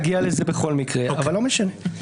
התכוונתי להגיע לזה בכל מקרה, אבל לא משנה.